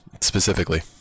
specifically